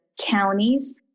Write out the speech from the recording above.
counties